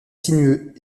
sinueux